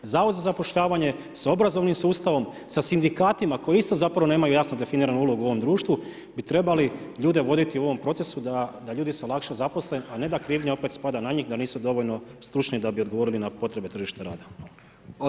Zavod za zapošljavanje sa obrazovnim sustavom, sa sindikatima koji isto zapravo nemaju jasno definiranu ulogu u ovom društvu bi trebali ljude voditi u ovom procesu da ljudi se lakše zaposle a ne da krivnja opet spadne na njih da nisu dovoljno stručni da bi odgovorili na potrebe tržišta rada.